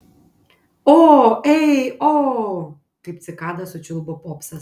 o ei o kaip cikada sučiulbo popsas